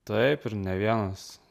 taip ir ne vienas